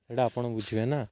ସେଇଟା ଆପଣ ବୁଝିବେ ନା